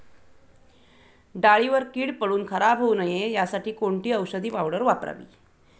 डाळीवर कीड पडून खराब होऊ नये यासाठी कोणती औषधी पावडर वापरावी?